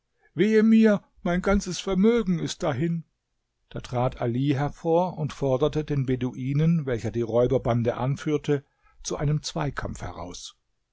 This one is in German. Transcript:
wehe mir mein ganzes vermögen ist dahin da trat ali hervor und forderte den beduinen welcher die räuberbande anführte zu einem zweikampf heraus